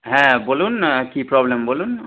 হ্যাঁ বলুন কি প্রবলেম বলুন